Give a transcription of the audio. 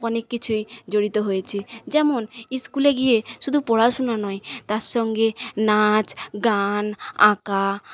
অনেক কিছুই জড়িত হয়েছে যেমন স্কুলে গিয়ে শুধু পড়াশোনা নয় তার সঙ্গে নাচ গান আঁকা